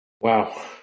Wow